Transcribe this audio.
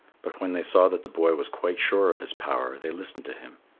but when they saw that the boy was quite sure of his power, they listened to him.